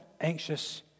anxious